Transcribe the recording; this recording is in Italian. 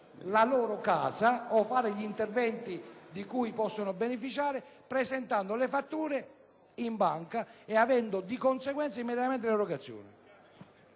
la loro casa o fare gli interventi di cui possono beneficiare presentando le fatture in banca e ottenendo, di conseguenza, immediatamente l'erogazione.